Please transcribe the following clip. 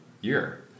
year